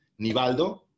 Nivaldo